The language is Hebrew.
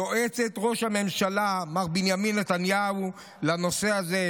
יועצת ראש הממשלה מר בנימין נתניהו לנושא הזה,